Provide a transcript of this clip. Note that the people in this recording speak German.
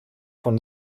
von